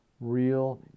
real